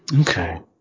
Okay